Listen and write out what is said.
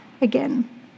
again